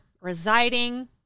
residing